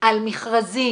על מכרזים.